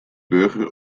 burger